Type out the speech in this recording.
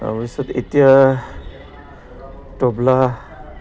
তাৰপিছত এতিয়া তবলা